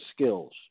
skills